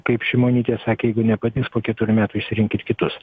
kaip šimonytė sakė jeigu nepatiks po keturių metų išsirinkit kitus